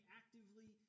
actively